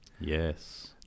yes